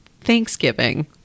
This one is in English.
Thanksgiving